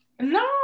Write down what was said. No